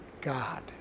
God